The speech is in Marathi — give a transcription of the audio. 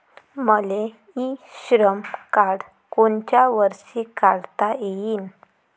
मले इ श्रम कार्ड कोनच्या वर्षी काढता येईन?